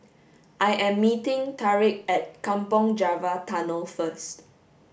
I am meeting Tarik at Kampong Java Tunnel first